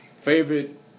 Favorite